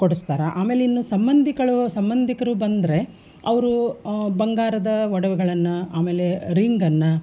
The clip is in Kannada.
ಕೊಡಸ್ತಾರೆ ಆಮೇಲೆ ಇನ್ನು ಸಂಬಂಧಿಕರು ಸಂಬಂಧಿಕರು ಬಂದರೆ ಅವರು ಬಂಗಾರದ ಒಡವೆಗಳನ್ನು ಆಮೇಲೆ ರಿಂಗನ್ನು